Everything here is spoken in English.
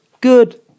good